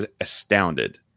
astounded